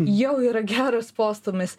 jau yra geras postūmis